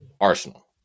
Arsenal